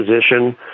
position